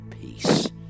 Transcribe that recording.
peace